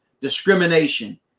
discrimination